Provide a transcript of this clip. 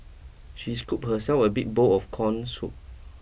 she scoop herself a big bowl of corn soup